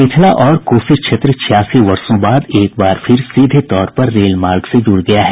मिथिला और कोसी क्षेत्र छियासी वर्षों बाद एक बार फिर सीधे तौर पर रेलमार्ग से जुड़ गया है